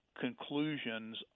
conclusions